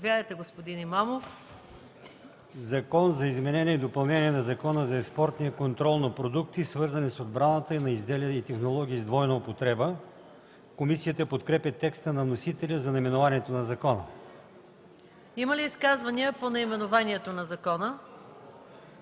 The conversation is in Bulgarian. „Закон за изменение и допълнение на Закона за експортния контрол на продукти, свързани с отбраната, и на изделия и технологии с двойна употреба”. Комисията подкрепя текста на вносителя за наименованието на закона. ПРЕДСЕДАТЕЛ МАЯ МАНОЛОВА: Има ли изказвания по наименованието на закона?